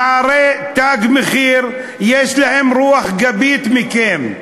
נערי "תג מחיר", יש להם רוח גבית מכם.